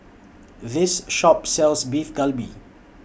This Shop sells Beef Galbi